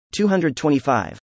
225